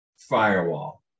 firewall